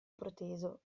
proteso